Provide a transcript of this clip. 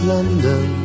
London